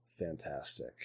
fantastic